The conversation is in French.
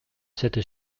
cette